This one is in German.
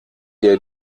der